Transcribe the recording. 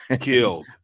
killed